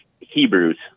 Hebrews